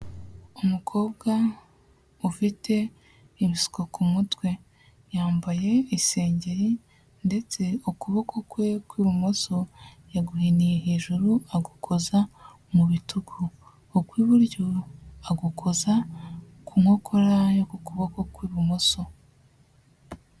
Umukobwa ufite ibisuko ku mutwe, yambaye isengeri ndetse ukuboko kwe kw'ibumoso yaguhiniye hejuru agukoza mu bitugu, ukw'iburyo agukoza ku nkokora yo ku kuboko kw'ibumoso.